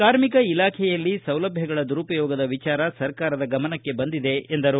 ಕಾರ್ಮಿಕ ಇಲಾಖೆಯಲ್ಲಿ ಸೌಲಭ್ಯದ ದುರುಪಯೋಗದ ವಿಚಾರ ಸರ್ಕಾರದ ಗಮನಕ್ಕೆ ಬಂದಿದೆ ಎಂದರು